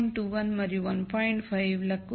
21 మరియు 1